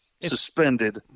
suspended